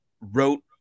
wrote